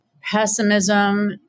pessimism